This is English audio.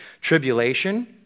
tribulation